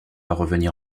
revenir